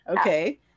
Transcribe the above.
Okay